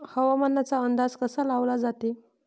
हवामानाचा अंदाज कसा लावला जाते?